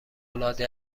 العاده